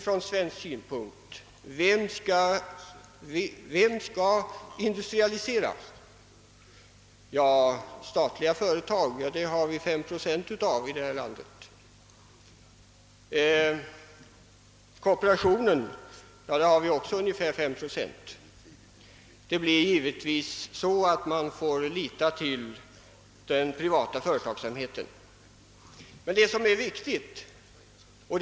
Från svensk synpunkt kan man fråga: Vem skall industrialisera? Eftersom staten och kooperationen endast svarar för 5 procent vardera av företagsamheten i detta land blir det givetvis den privata företagsamheten man i huvudsak får lita till.